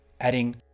adding